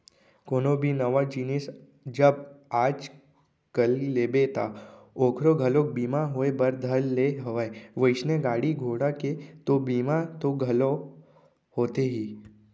कोनो भी नवा जिनिस जब आज कल लेबे ता ओखरो घलोक बीमा होय बर धर ले हवय वइसने गाड़ी घोड़ा के तो बीमा तो घलौ होथे ही